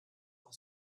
auch